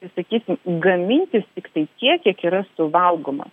tai sakysim gamintis tiktai tiek kiek yra suvalgoma